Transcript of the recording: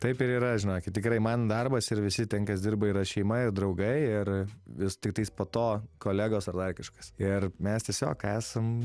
taip ir yra žinokit tikrai man darbas ir visi ten kas dirba yra šeima ir draugai ir vis tiktais po to kolegos ar dar kažkas ir mes tiesiog esam